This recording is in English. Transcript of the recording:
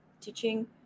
teaching